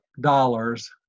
dollars